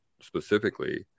specifically